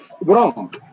wrong